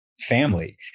family